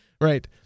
Right